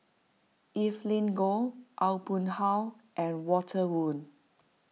Evelyn Goh Aw Boon Haw and Walter Woon